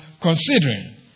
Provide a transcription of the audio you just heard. considering